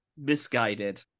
misguided